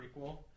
prequel